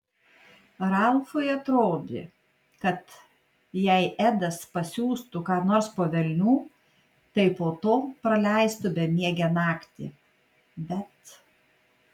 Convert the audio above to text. ralfui atrodė kad jei edas pasiųstų ką nors po velnių tai po to praleistų bemiegę naktį bet